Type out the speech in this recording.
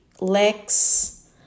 legs